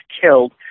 killed